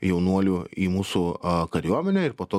jaunuolių į mūsų a kariuomenę ir po to